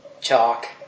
chalk